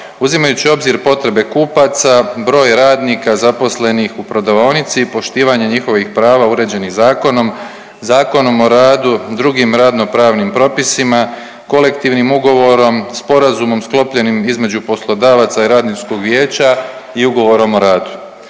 uzimajući u obzir potrebe kupaca, broj radnika zaposlenih u prodavaonici i poštivanje njihovih prava uređenih zakonom, Zakonom o radu, drugim radno pravnim propisima, kolektivnim ugovorom, sporazumom sklopljenim između poslodavaca i radničkog vijeća i ugovorom o radu.